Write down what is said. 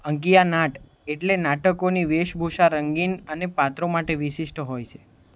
અંકિયા નાટ એટલે નાટકોની વેશભૂષા રંગીન અને પાત્રો માટે વિશિષ્ટ હોય છે